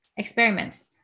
Experiments